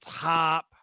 top